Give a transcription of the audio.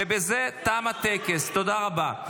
בזה תם הטקס, תודה רבה.